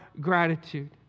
gratitude